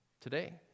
today